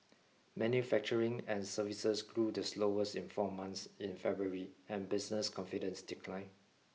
manufacturing and services grew the slowest in four months in February and business confidence declined